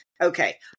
Okay